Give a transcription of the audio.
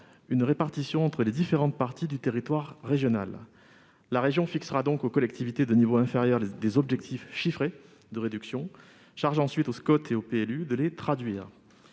une répartition entre les différentes parties du territoire régional. La région fixera donc aux collectivités de niveau inférieur des objectifs chiffrés de réduction, charge ensuite aux SCoT et aux PLU de les traduire.